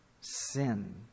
sin